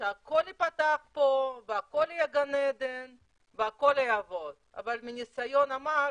ושהכל ייפתח פה והכל יהיה גן עדן והכל יעבוד אבל מהניסיון המר,